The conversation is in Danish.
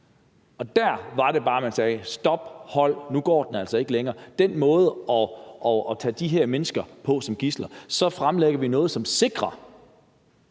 Der var det bare, man sagde: Stop, holdt, nu går den altså ikke længere med den måde at tage de her mennesker som gidsler på. Så fremlægger vi noget, som sikrer